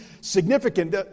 significant